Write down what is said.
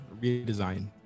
redesign